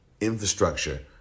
infrastructure